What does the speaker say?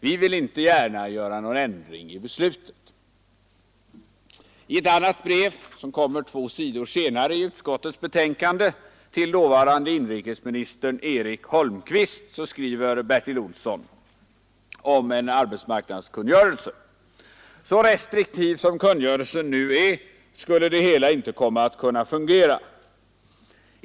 Vi vill inte gärna göra någon ändring i beslutet.” I ett annat brev, som kommer två sidor senare i utskottets betänkande, skriver Bertil Olsson till dåvarande inrikesministern Eric Holmqvist om en arbetsmarknadskungörelse: ”Så restriktiv som kungörelsen nu är skulle det hela inte komma att fungera.